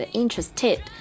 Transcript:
，interested